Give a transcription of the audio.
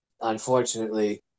unfortunately